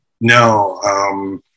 No